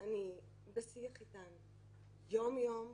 אני בשיח איתן יום-יום.